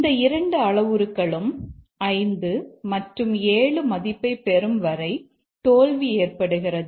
இந்த 2 அளவுருக்களும் 5 மற்றும் 7 மதிப்பை பெறும் வரை தோல்வி ஏற்படுகிறது